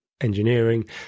engineering